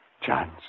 chance